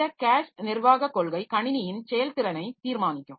இந்த கேஷ் நிர்வாகக் கொள்கை கணினியின் செயல்திறனை தீர்மானிக்கும்